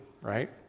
right